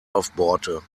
aufbohrte